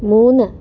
മൂന്ന്